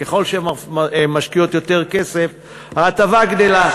ככל שהן משקיעות יותר כסף ההטבה גדלה.